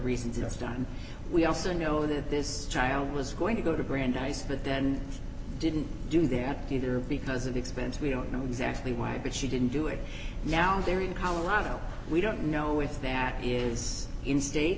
reasons it's time we also know that this child was going to go to brandeis but then didn't do that either because of expense we don't know exactly why but she didn't do it now there in colorado we don't know if that is in state